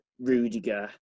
Rudiger